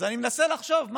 אז אני מנסה לחשוב.